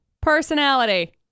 personality